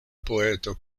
poeto